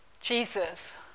Jesus